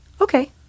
okay